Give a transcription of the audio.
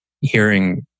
hearing